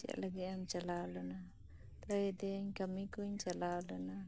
ᱪᱮᱫ ᱞᱟᱹᱜᱤᱫ ᱮᱢ ᱪᱟᱞᱟᱣ ᱞᱮᱱᱟ ᱞᱟᱹᱭ ᱟᱫᱮᱭᱟᱹᱧ ᱠᱟᱹᱢᱤ ᱠᱩᱧ ᱪᱟᱞᱟᱣ ᱞᱮᱱᱟ